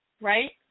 right